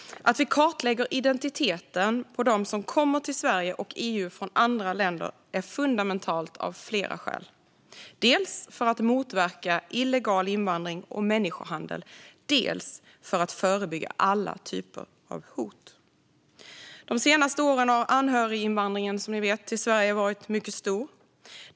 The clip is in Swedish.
Att vi klarlägger identiteten på dem som kommer till Sverige och EU från andra länder är fundamentalt av flera skäl: dels att motverka illegal invandring och människohandel, dels att förebygga alla typer av hot. De senaste åren har anhöriginvandringen till Sverige varit mycket stor.